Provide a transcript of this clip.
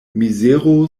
mizero